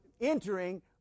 entering